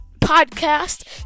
podcast